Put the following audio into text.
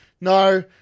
no